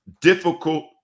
difficult